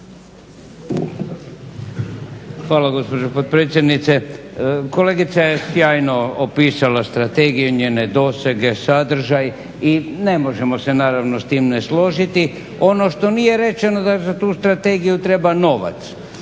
Hvala gospođo potpredsjednice. Kolegica je sjajno opisala strategiju i njene dosege, sadržaj i ne možemo se naravno s tim ne složiti. Ono što nije rečeno da za tu strategiju treba novac,